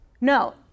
no